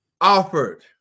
offered